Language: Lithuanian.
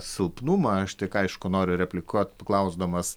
silpnumą aš tik aišku noriu replikuot klausdamas